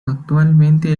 actualmente